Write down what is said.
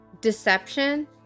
Deception